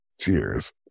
Cheers